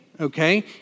okay